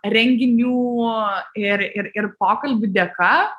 renginių ir ir ir pokalbių dėka